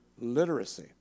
literacy